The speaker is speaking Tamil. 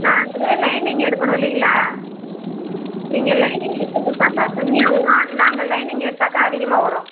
நாங்களே லைனிங் எடுக்கணும் இல்லைங்களா நீங்கள் லைனிங் எடுத்து கொடுத்தாக்கா கம்மியாக வரும் நாங்கள் லைனிங் எடுத்தாக்கால் அதிகமாக வரும்